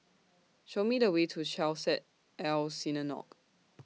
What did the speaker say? Show Me The Way to Chesed El Synagogue